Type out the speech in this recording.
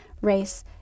race